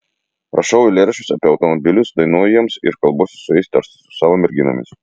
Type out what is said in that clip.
rašau eilėraščius apie automobilius dainuoju jiems ir kalbuosi su jais tarsi su savo merginomis